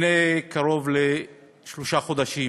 לפני קרוב לשלושה חודשים